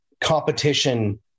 competition